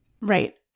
Right